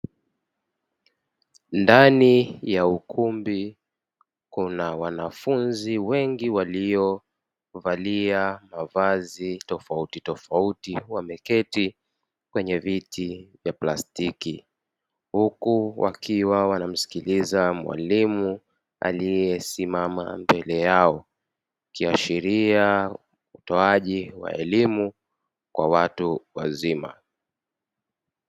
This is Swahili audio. Ndani ya ukumbi kuna wanafunzi wengi waliovalia mavazi tofautitofauti wameketi kwenye viti vya plastiki, huku wakiwa wanamsikiliza mwalimu aliyesimama mbele yao ikiashiria utoaji wa elimu kwa watu wazima.